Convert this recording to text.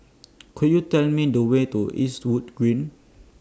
Could YOU Tell Me The Way to Eastwood Green